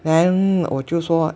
then 我就说